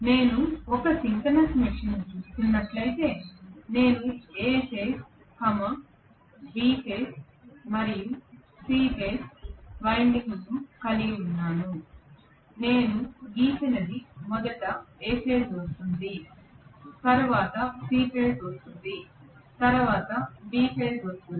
నేను ఒక సింక్రోనస్ మెషీన్ను చూస్తున్నట్లయితే నేను A ఫేజ్ B ఫేజ్ మరియు C ఫేజ్ వైండింగ్స్ కలిగి ఉన్నాను నేను గీసినది మొదట A ఫేజ్ వస్తుంది తరువాత C ఫేజ్ వస్తుంది తరువాత B ఫేజ్ వస్తుంది